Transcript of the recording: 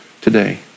today